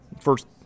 first